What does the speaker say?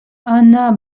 она